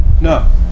No